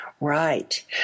Right